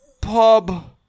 Pub